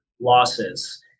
losses